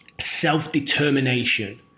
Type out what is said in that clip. self-determination